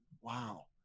wow